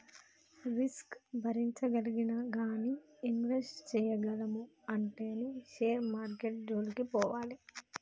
risk భరించగలిగినా గానీ invest చేయగలము అంటేనే షేర్ మార్కెట్టు జోలికి పోవాలి